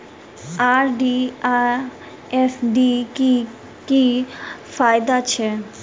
RD आ FD क की फायदा छै?